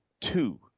two